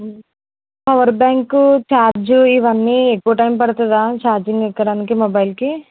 power bank charge ఇవన్నీ ఎక్కువ time పడుతుందా ఛార్జింగ్ ఎక్కడానికి మొబైల్కి